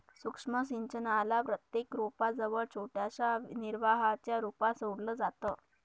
सूक्ष्म सिंचनाला प्रत्येक रोपा जवळ छोट्याशा निर्वाहाच्या रूपात सोडलं जातं